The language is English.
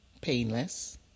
painless